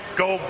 go